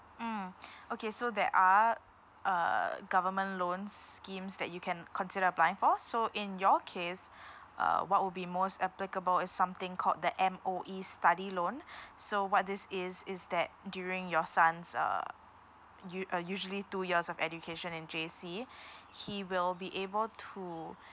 mm okay so there are uh government loans schemes that you can consider applying for so in your case uh what would be most applicable is something called the M_O_E study loan so what this is is that during your son's uh u~ uh usually two years of education in J_C he will be able to